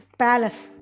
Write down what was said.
palace